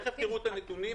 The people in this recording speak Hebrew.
תכף תראו את הנתונים.